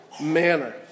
manner